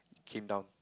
came down